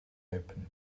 open